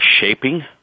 shaping